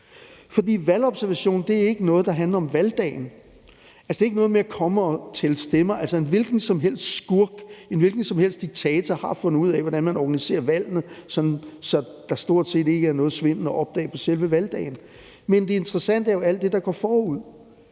For valgobservation er ikke noget, som handler om valgdagen. Det er ikke noget med at komme og tælle stemmer. Altså en hvilken som helst skurk, en hvilken som helst diktator har fundet ud af, hvordan man organiserer valgene, så der stort set ikke er nogen svindel at opdage på selve valgdagen, men det interessante er jo alt det, der går forud.